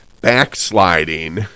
backsliding